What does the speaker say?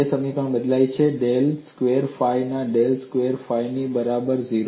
તે સમીકરણ બદલાય છે ડેલ સ્ક્વેર ફાઇ ના ડેલ સ્ક્વેર ફાઇ ની બરાબર 0